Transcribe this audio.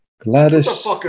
Gladys